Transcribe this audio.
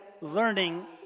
learning